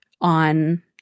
on